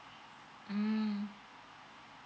mm